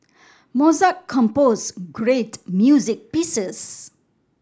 Mozart composed great music pieces